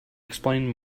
explain